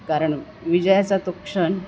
कारण विजयाचा तो क्षण